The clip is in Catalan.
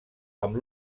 amb